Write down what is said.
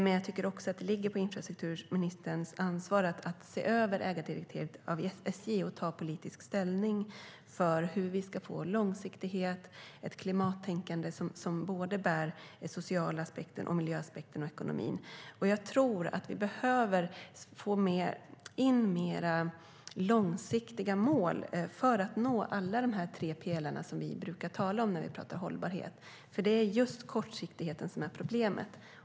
Men jag tycker också att det är infrastrukturministerns ansvar att se över ägardirektivet för SJ och ta politisk ställning för hur vi ska få långsiktighet och ett klimattänkande som bär såväl den sociala aspekten och miljöaspekten som ekonomin. Jag tror också att vi behöver få in mer långsiktiga mål för att nå alla de tre pelarna som vi brukar tala om när vi diskuterar hållbarhet. Det är nämligen just kortsiktigheten som är problemet.